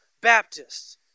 Baptists